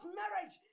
marriage